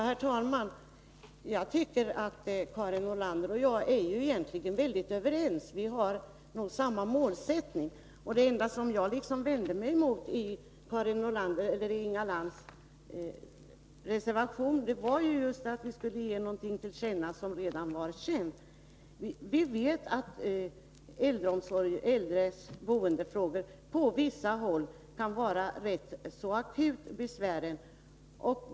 Herr talman! Jag tycker att Karin Nordlander och jag egentligen är överens. Vi har samma målsättning. Det enda som jag vände mig mot i Inga Lantz reservation var att vi skall ge regeringen till känna något som redan är känt. Vi vet att äldre personers boendefrågor på sina håll kan vara akut besvärliga.